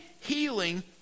healing